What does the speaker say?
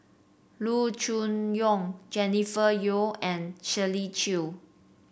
Loo Choon Yong Jennifer Yeo and Shirley Chew